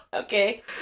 Okay